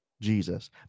Jesus